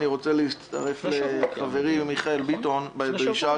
אני רוצה להצטרף לחברי מיכאל ביטון בדרישה